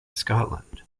scotland